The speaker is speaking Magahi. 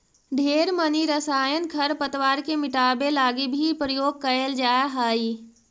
ढेर मनी रसायन खरपतवार के मिटाबे लागी भी प्रयोग कएल जा हई